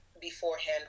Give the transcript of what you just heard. beforehand